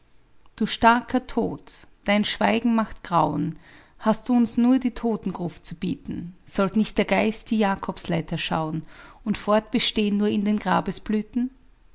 du starker tod dein schweigen machet graun hast du uns nur die totengruft zu bieten sollt nicht der geist die jakobsleiter schaun und fortbestehn nur in den